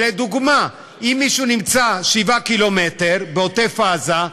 לדוגמה, אם מישהו נמצא שבעה קילומטרים בעוטף עזה,